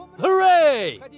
Hooray